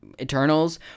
Eternals